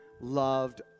loved